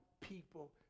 people